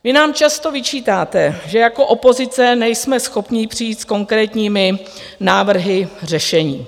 Vy nám často vyčítáte, že jako opozice nejsme schopni přijít s konkrétními návrhy řešení.